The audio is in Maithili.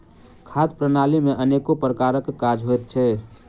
खाद्य प्रणाली मे अनेको प्रकारक काज होइत छै